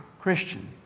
Christian